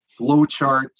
flowcharts